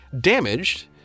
damaged